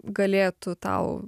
galėtų tau